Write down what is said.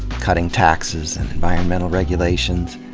cutting taxes and environmental regulations,